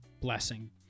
blessing